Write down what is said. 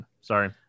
sorry